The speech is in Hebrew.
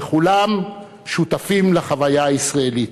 וכולם שותפים לחוויה הישראלית.